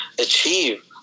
achieve